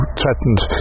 threatened